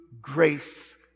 grace